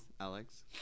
Alex